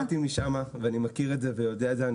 בגלל שבאתי משם ואני מכיר את זה ויודע את זה אני